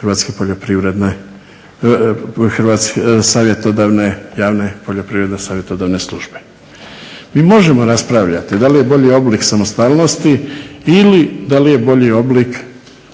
Sve je stvorila veća operativnost javne Poljoprivredno savjetodavne službe. Mi možemo raspravljati da li je bolji oblik samostalnosti ili da li je bolji oblik